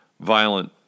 violent